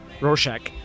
Rorschach